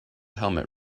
helmet